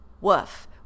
woof